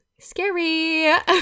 scary